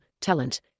talent